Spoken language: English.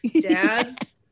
dads